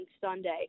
Sunday